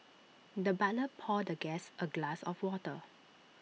the butler poured the guest A glass of water